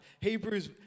Hebrews